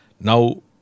Now